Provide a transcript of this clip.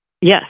Yes